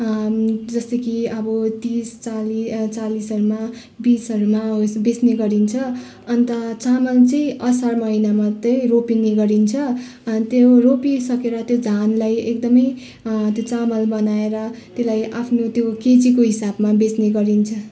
जस्तो कि अब तिस चालि चालिसहरूमा बिसहरू उयो सब बेच्ने गरिन्छ अन्त चामल चाहिँ असार महिना मात्रै रेपिने गरिन्छ त्यो रोपिसकेर त्यो धानलाई एकदमै त्यो चामल बनाएर त्यसलाई आफ्नो त्यो केजीको हिसाबमा बेच्ने गरिन्छ